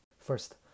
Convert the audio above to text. first